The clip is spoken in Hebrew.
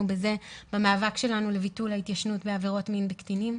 במאבק שלנו לביטול ההתיישנות בעבירות מין בקטינים,